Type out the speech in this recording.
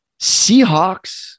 Seahawks